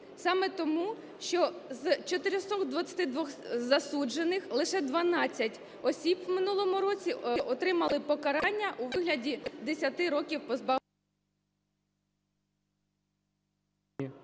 Саме тому, що з 422 засуджених лише 12 осіб в минулому році отримали покарання у вигляді 10 років позбавлення...